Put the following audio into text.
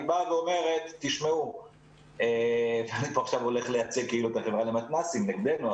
היא באה ואומרת אני פה עכשיו הולך לייצג את החברה למתנ"סים נגדנו,